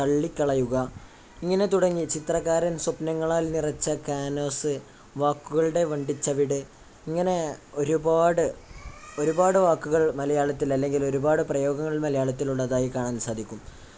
തള്ളിക്കളയുക ഇങ്ങനെ തുടങ്ങി ചിത്രകാരൻ സ്വപ്നങ്ങളാൽ നിറച്ച ക്യാന്വാസ് വാക്കുകളുടെ വണ്ടിച്ചവിട് ഇങ്ങനെ ഒരുപാട് ഒരുപാട് വാക്കുകൾ മലയാളത്തിലല്ലെങ്കിൽ ഒരുപാടു പ്രയോഗങ്ങൾ മലയാളത്തിലുള്ളതായി കാണാൻ സാധിക്കും